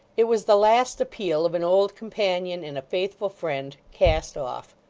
it was the last appeal of an old companion and a faithful friend cast off.